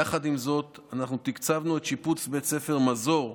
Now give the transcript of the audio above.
יחד עם זאת, אנחנו תקצבנו את שיפוץ בית ספר מזור,